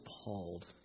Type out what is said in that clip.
appalled